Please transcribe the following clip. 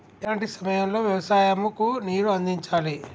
ఎలాంటి సమయం లో వ్యవసాయము కు నీరు అందించాలి?